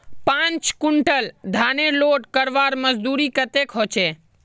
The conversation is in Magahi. पाँच कुंटल धानेर लोड करवार मजदूरी कतेक होचए?